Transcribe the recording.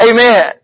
Amen